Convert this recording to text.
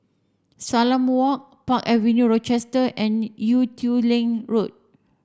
Salam Walk Park Avenue Rochester and Ee Teow Leng Road